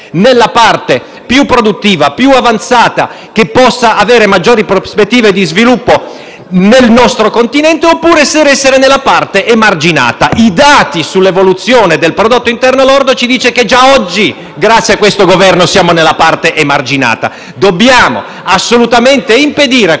nella parte più produttiva, più avanzata, che possa avere maggiori prospettive di sviluppo nel nostro Continente, oppure restare nella parte emarginata. I dati sull'evoluzione del prodotto interno lordo dimostrano che già oggi, grazie a questo Governo, siamo nella parte emarginata. Dobbiamo assolutamente impedire al